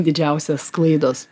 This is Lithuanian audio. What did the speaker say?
didžiausios klaidos